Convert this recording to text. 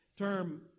term